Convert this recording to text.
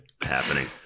happening